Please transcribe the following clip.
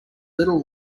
little